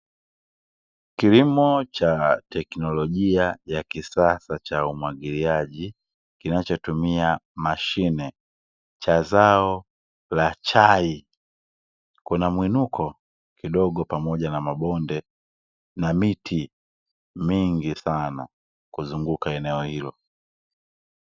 Kilimo cha teknolojia ya kisasa cha umwagiliaji, kinachotumia mashine cha zao la chai, kuna mwinuko kidogo pamoja na mabonde na miti mingi sana kuzunguka eneo hilo.